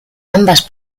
ambas